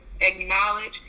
acknowledge